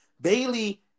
Bailey